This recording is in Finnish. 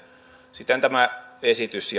siten tämä esitys